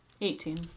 Eighteen